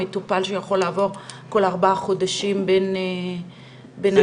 מטפל שיכול לעבור כל ארבעה חודשים בין אנשים?